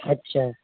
अच्छा